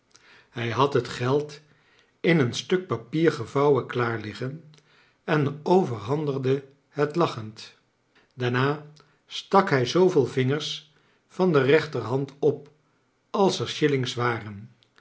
hij had het geld in een stuk papier gevouwen klaar liggen en overhandigde het lachend daarna stak hrj zooveel vingers van de rechter liand op als er shillings waren